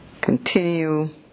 continue